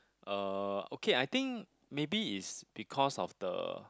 uh okay I think maybe is because of the